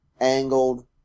angled